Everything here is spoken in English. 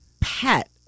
pet